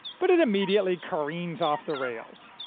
but it immediately careens off the rails.